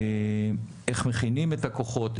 איך מכינים את הכוחות,